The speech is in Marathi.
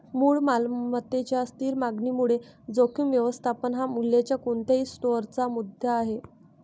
मूळ मालमत्तेच्या स्थिर मागणीमुळे जोखीम व्यवस्थापन हा मूल्याच्या कोणत्याही स्टोअरचा मुद्दा आहे